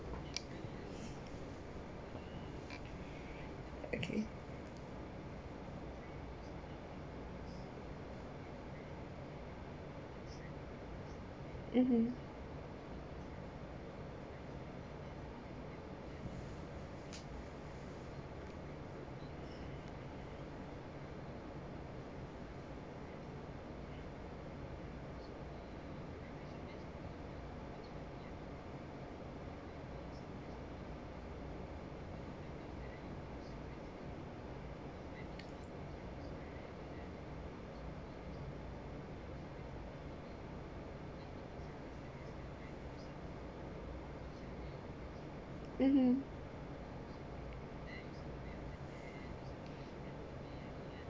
okay (uh huh)